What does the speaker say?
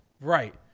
right